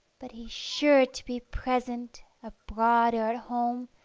but he's sure to be present, abroad or at home,